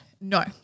No